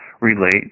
relate